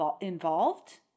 involved